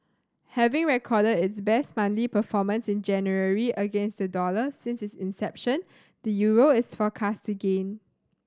having recorded its best monthly performance in January against the dollar since its inception the euro is forecast to gain